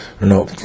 no